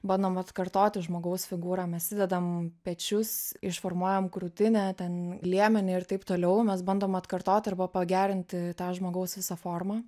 bandom atkartoti žmogaus figūrą mes įdedam pečius išformuojam krūtinę ten liemenį ir taip toliau mes bandom atkartot arba pagerinti tą žmogaus visą formą